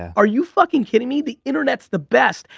are you fucking kidding me? the internet's the best.